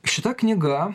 šita knyga